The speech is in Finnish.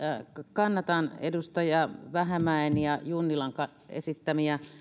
kannatan edustaja vähämäen ja junnilan esittämiä